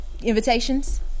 invitations